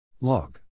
log